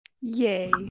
Yay